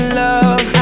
love